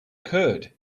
curd